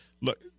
look